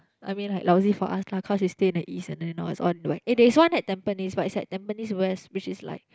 I mean like lousy for us lah cause he stays in the east and then it's all on like but there's one in tampines but it's at tampines West which is like